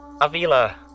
Avila